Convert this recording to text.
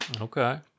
Okay